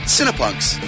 Cinepunks